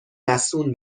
مصون